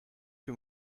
que